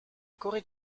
corée